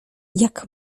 jak